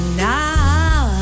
Now